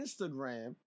Instagram